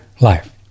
life